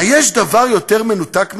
היש דבר יותר מנותק מזה?